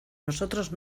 nosotros